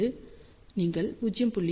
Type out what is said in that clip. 7 நீங்கள் 0